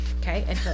okay